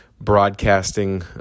broadcasting